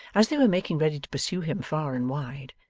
as they were making ready to pursue him far and wide,